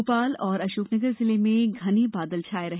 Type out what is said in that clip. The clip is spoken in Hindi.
भोपाल और अशोकनगर जिले में घने बादल छाये रहे